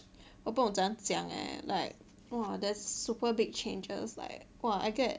我不懂这样讲 eh like !wah! there's super big changes like !wah! I get